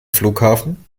flughafen